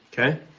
okay